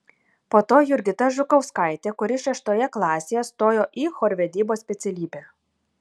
po to jurgita žukauskaitė kuri šeštoje klasėje stojo į chorvedybos specialybę